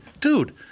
dude